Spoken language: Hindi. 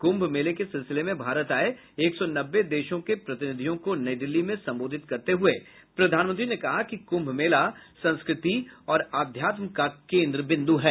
कुम्भ मेले के सिलसिले में भारत आये एक सौ नब्बे देशों के प्रतिनिधियों को नई दिल्ली में सम्बोधित करते हुए प्रधानमंत्री ने कहा कि कुम्म मेला संस्कृति और अध्यात्म का केन्द्र बिन्दु है